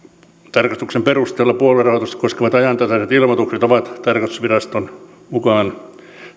tarkastusten perusteella puoluerahoitusta koskevat ajantasaiset ilmoitukset ovat tarkastusviraston mukaan